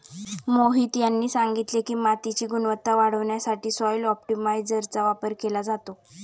मोहित यांनी सांगितले की, मातीची गुणवत्ता वाढवण्यासाठी सॉइल ऑप्टिमायझरचा वापर केला जातो